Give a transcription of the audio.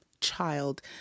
child